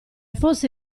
fosse